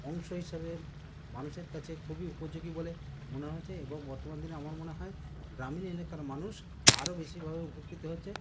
অংশ হিসাবে মানুষের কাছে খুবই উপযোগী বলে মনে হয়েছে এবং বর্তমান দিনে আমার মনে হয় গ্রামীণ এলাকার মানুষ আরও বেশিভাবে উপকৃত হচ্ছে